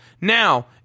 Now